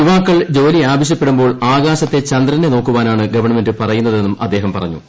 യുവാക്കൾ ജോലി ആവശ്യപ്പെടുമ്പോൾ ആകാശത്തെ ചന്ദ്രനെ നോക്കുവാനാണ് ഗവൺമെന്റ് പറയുന്നതെന്നും അദ്ദേഹം പറഞ്ഞു